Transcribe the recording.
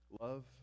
Love